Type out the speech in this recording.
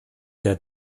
der